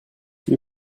you